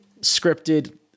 scripted